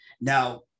Now